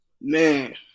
Man